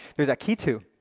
there is akitu,